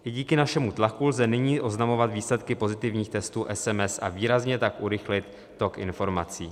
I díky našemu tlaku lze nyní oznamovat výsledky pozitivních testů SMS, a výrazně tak urychlit tok informací.